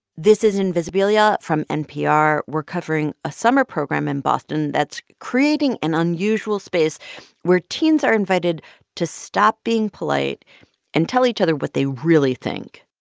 this is invisibilia from npr. we're covering a summer program in boston that's creating an unusual space where teens are invited to stop being polite and tell each other what they really think.